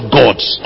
gods